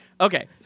Okay